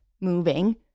moving